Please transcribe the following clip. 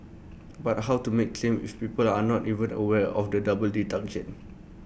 but how to make claim if people are not even aware of the double deduction